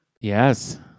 yes